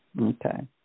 Okay